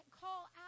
call